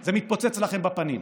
זה מתפוצץ לכם בפנים.